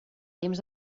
temps